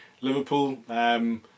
Liverpool